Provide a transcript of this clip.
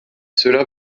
cela